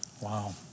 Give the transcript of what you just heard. Wow